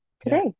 today